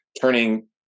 turning